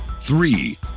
Three